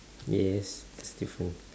yes it's different